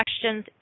questions